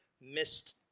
missed